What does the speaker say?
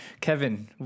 Kevin